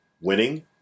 winning